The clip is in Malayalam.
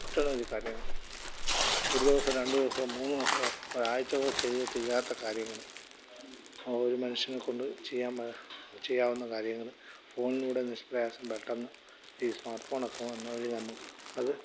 ഒട്ടനവധി കാര്യങ്ങൾ ഒരു ദിവസം രണ്ട് ദിവസം മൂന്ന് ദിവസം ഒരാഴ്ച്ചയോളം ചെയ്ത് തീരാത്ത കാര്യങ്ങൾ ഒരു മനുഷ്യനെ കൊണ്ട് ചെയ്യാവുന്ന ചെയ്യാവുന്ന കാര്യങ്ങൾ ഫോണിലൂടെ നിഷ്പ്രയാസം പെട്ടെന്ന് ഈ സ്മാർട്ട് ഫോൺ ഒക്കെ വന്ന വഴി നമുക്ക് അത്